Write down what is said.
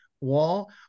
wall